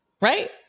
right